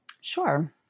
Sure